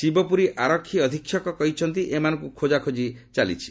ଶିବପୁରୀ ଆରକ୍ଷୀ ଅଧିକ୍ଷକ କହିଛନ୍ତି ଏମାନଙ୍କୁ ଖୋକାଖୋଜି କରାଯାଉଛି